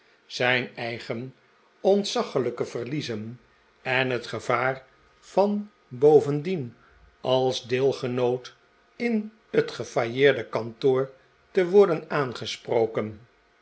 zijn eigen ontzaglijke verliezen en het gevaar van bovendien als deelgenoot in het gefailleerde kantoor te worden aangesproken